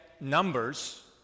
numbers